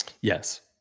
Yes